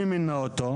מי מינה אותו?